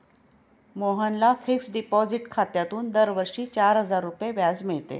मोहनला fixed deposit खात्यातून दरवर्षी चार हजार रुपये व्याज मिळते